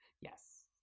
yes